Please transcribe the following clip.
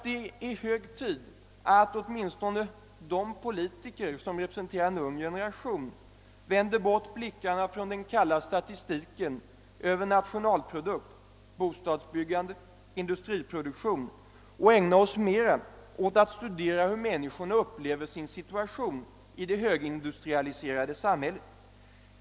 Det är hög tid att åtminstone de politiker som representerar en ung generation vänder bort blickarna från den kalla statistiken över nationalprodukt, bostadsbyggande och industriproduktion och ägnar sig mera åt att studera hur människorna upplever sin situation i det högindustrialiserade samhället.